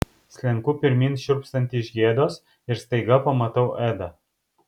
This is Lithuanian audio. slenku pirmyn šiurpstanti iš gėdos ir staiga pamatau edą